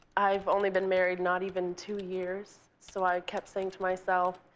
i've only been married not even two years, so i kept saying to myself,